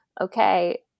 Okay